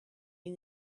you